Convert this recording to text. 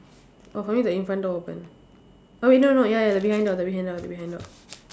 oh for me the in front door open oh wait no no ya the behind door the behind door the behind door